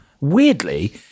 Weirdly